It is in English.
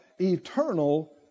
eternal